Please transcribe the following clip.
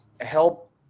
help